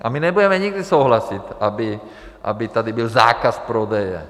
A my nebudeme nikdy souhlasit, aby tady byl zákaz prodeje.